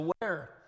aware